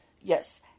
Yes